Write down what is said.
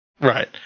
right